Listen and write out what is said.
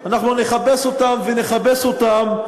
אנחנו נחפש אותם ונחפש אותם,